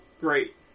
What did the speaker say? Great